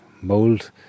mold